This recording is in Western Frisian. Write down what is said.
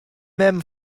mem